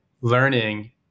learning